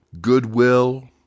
goodwill